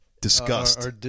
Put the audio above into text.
disgust